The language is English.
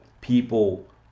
people